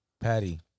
Patty